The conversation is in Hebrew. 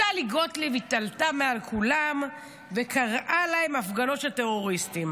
וטלי גוטליב התעלתה מעל כולם וקראה להם "הפגנות של טרוריסטים".